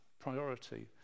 priority